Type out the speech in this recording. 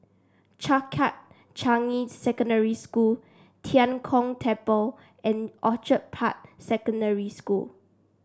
Changkat Changi Secondary School Tian Kong Temple and Orchid Park Secondary School